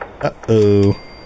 Uh-oh